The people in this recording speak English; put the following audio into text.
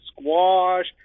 squash